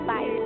Bye